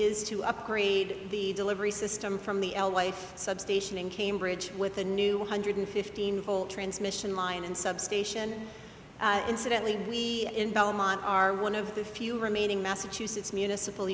is to upgrade the delivery system from the l wife substation in cambridge with the new one hundred fifteen whole transition line and substation incidentally we are in belmont are one of the few remaining massachusetts municipal